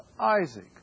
Isaac